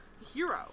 hero